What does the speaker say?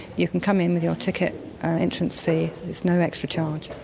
you can come in with your ticket entrance fee, it's no extra charge.